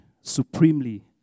supremely